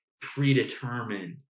predetermined